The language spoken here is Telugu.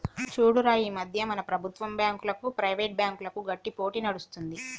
చూడురా ఈ మధ్య మన ప్రభుత్వం బాంకులకు, ప్రైవేట్ బ్యాంకులకు గట్టి పోటీ నడుస్తుంది